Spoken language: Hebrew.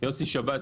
אני יוסי שבת,